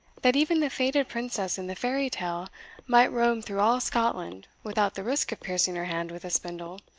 that even the fated princess in the fairy tale might roam through all scotland without the risk of piercing her hand with a spindle,